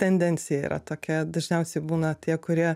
tendencija yra tokia dažniausiai būna tie kurie